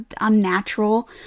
unnatural